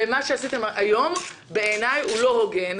מה שעשיתם היום הוא לא הוגן.